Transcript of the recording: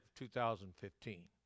2015